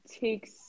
Takes